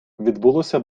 відбулося